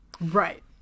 Right